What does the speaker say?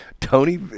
Tony